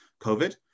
COVID